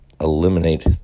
eliminate